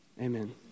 amen